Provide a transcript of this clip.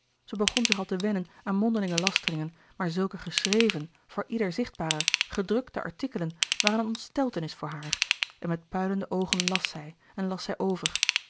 zij begon zich al te wennen aan mondelinge lasteringen maar zulke geschreven voor ieder zichtbare louis couperus de boeken der kleine zielen gedrukte artikelen waren een ontsteltenis voor haar en met puilende oogen las zij en las zij over